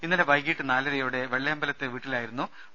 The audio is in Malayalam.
ഇന്നലെ വൈകിട്ട് നാലരയോടെ വെള്ളയമ്പലത്തെ വീട്ടിലായിരുന്നു ഡോ